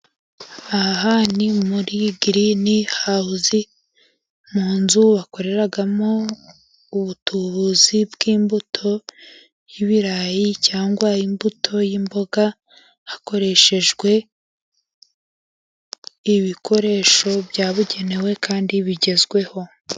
Aha ni muri girini hawuzi, mu nzu bakoreramo ubutubuzi bw'imbuto y'ibirayi, cyangwa imbuto y'imboga, hakoreshejwe ibikoresho byabugenewe kandi bigezweho.